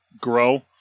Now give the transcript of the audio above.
grow